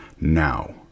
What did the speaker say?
now